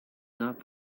not